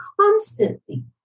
constantly